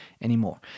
anymore